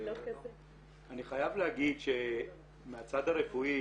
אני חייב להגיד שמהצד הרפואי